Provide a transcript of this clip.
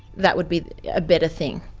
that would be a better thing,